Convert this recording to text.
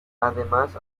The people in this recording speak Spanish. además